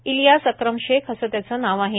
इलियास अक्रम शेख असं त्याचं नाव आहे